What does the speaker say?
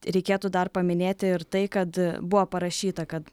reikėtų dar paminėti ir tai kad buvo parašyta kad